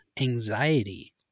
anxiety